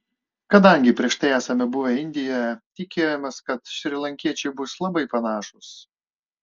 kadangi prieš tai esame buvę indijoje tikėjomės kad šrilankiečiai bus labai panašūs